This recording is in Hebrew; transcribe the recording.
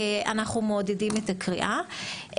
אנחנו מעודדים את הקריאה.